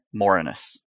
Morinus